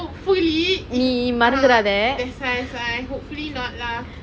hopefully !ee! that's why that's why hopefully not lah